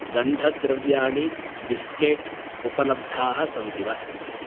गन्धद्रव्याणि biscuit उपलब्धाः सन्ति वा